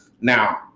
now